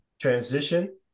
transition